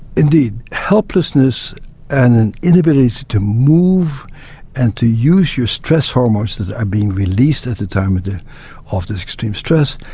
indeed. helplessness an inability to move and to use your stress hormones that are being released at the time of the of the extreme stress,